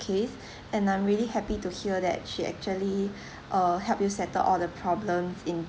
case and I'm really happy to hear that she actually uh help you settle all the problems in